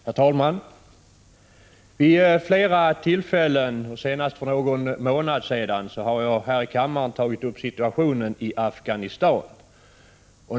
Herr talman! Vid flera tillfällen, senast för någon månad sedan, har jag här i kammaren talat om situationen i Afghanistan.